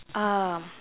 um